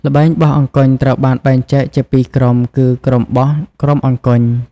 ល្បែងបោះអង្គញ់ត្រូវបានបែងចែកជាពីរក្រុមគឺ ក្រុមបោះ ក្រុមអង្គញ់ ។